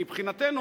מבחינתנו,